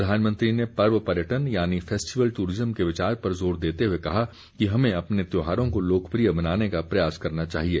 प्रधानमंत्री ने पर्व पर्यटन यानी फेस्टिवल टूरिज्म के विचार पर जोर देते हुए कहा कि हमें अपने त्यौहारों को लोकप्रिय बनाने का प्रयास करना चाहिए